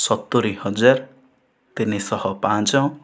ସତୁରି ହଜାର ତିନିଶହ ପାଞ୍ଚ